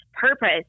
purpose